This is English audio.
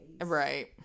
Right